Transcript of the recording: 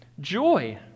joy